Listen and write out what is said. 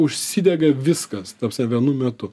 užsidega viskas ta prasme vienu metu